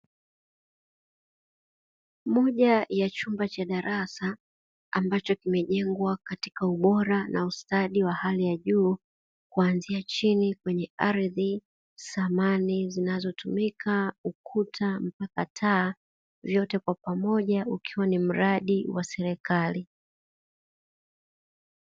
Moja ya chumba cha darasa, ambacho kimejengwa katika ubora na ustadi wa hali ya juu, kuanzia chini kwenye ardhi, samani zinazotumika, ukuta mpaka taa, vyote kwa pamoja ukiwa ni mradi wa serikali.